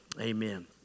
Amen